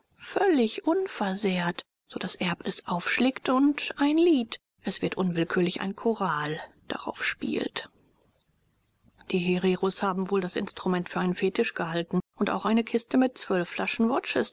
völlig unversehrt so daß erb es aufschlägt und ein lied es wird unwillkürlich ein choral darauf spielt die hereros haben wohl das instrument für einen fetisch gehalten und auch eine kiste mit zwölf flaschen